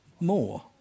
more